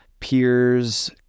peers